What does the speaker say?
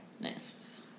Nice